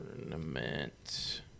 tournament